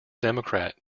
democrat